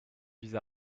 vise